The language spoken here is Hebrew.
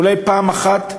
אולי פעם אחת,